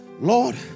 Lord